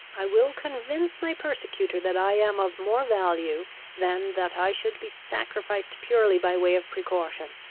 i will convince my persecutor that i am of more value than that i should be sacrificed purely by way of precaution.